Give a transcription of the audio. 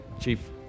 Chief